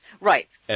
Right